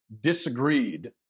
disagreed